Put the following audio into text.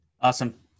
awesome